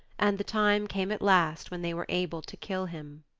and the time came at last when they were able to kill him.